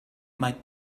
might